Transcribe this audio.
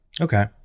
okay